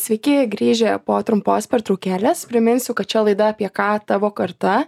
sveiki grįžę po trumpos pertraukėlės priminsiu kad čia laida apie ką tavo karta